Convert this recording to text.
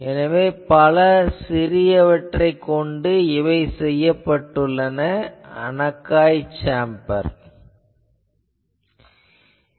எனவே பல சிறியவற்றைக் கொண்டு செய்யப்பட்டது அனக்காய் சேம்பர் ஆகும்